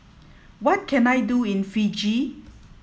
what can I do in Fiji